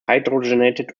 hydrogenated